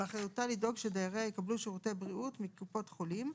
באחריותה לדאוג שדייריה יקבלו שירותי בריאות מקופות החולים,